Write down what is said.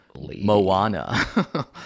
moana